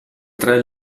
tre